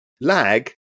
lag